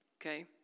okay